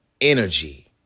energy